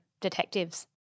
detectives